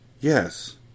Yes